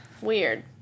Weird